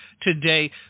today